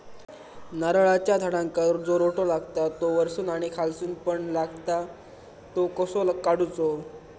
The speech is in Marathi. नारळाच्या झाडांका जो रोटो लागता तो वर्सून आणि खालसून पण लागता तो कसो काडूचो?